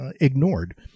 ignored